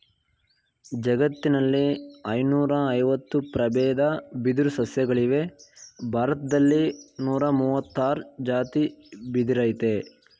ಜಗತ್ತಿನಲ್ಲಿ ಐನೂರಐವತ್ತು ಪ್ರಬೇದ ಬಿದಿರು ಸಸ್ಯಗಳಿವೆ ಭಾರತ್ದಲ್ಲಿ ನೂರಮುವತ್ತಾರ್ ಜಾತಿ ಬಿದಿರಯ್ತೆ